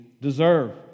deserve